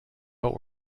but